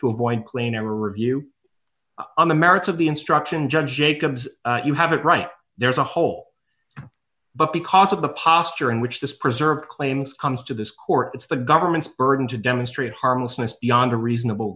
to avoid planar review on the merits of the instruction judge jacobs you have it right there is a whole but because of the posture in which this preserved claims comes to this court it's the government's burden to demonstrate harmlessness beyond a reasonable